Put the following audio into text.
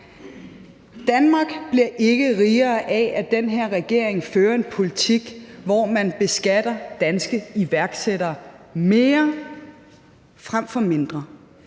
Danmark bliver ikke rigere af, at den her regering fører en politik, hvor man beskatter danske iværksættere mere frem for mindre.